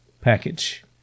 package